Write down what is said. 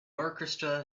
orchestra